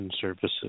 services